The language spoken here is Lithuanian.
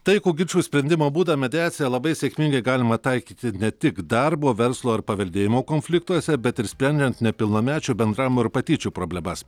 taikų ginčų sprendimo būdą mediaciją labai sėkmingai galima taikyti ne tik darbo verslo ar paveldėjimo konfliktuose bet ir sprendžiant nepilnamečių bendravimo ir patyčių problemas